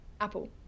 apple